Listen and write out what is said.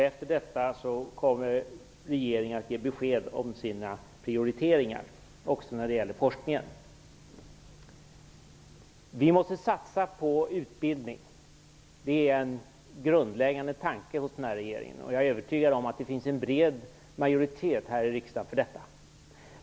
Regeringen kommer sedan att ge besked om sina prioriteringar också när det gäller forskningen. Vi måste satsa på utbildning. Det är en grundläggande tanke hos regeringen, och jag är övertygad om att det finns en bred majoritet här i riksdagen för detta.